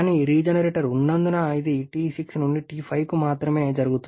కానీ రీజెనరేటర్ ఉన్నందున ఇది T6 నుండి T5 వరకు మాత్రమే జరుగుతుంది